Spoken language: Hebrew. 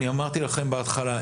אמרתי לכם בהתחלה,